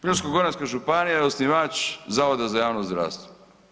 Primorsko-goranska županija je osnivač Zavoda za javno zdravstvo.